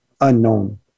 unknown